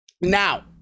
Now